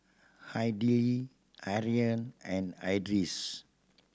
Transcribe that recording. Aidil Aryan and Idris